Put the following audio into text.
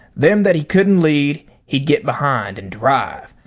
them that he couldn't lead he'd get behind and drive,